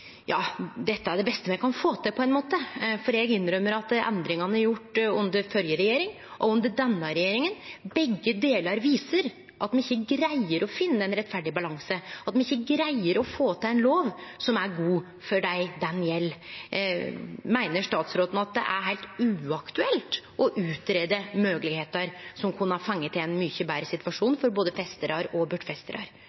er gjorde både under førre regjering og under denne regjeringa, viser at me ikkje greier å finne ein rettferdig balanse, at me ikkje greier å få til ei lov som er god for dei ho gjeld. Meiner statsråden at det er heilt uaktuelt å greie ut moglegheiter som kunne ført til ein mykje betre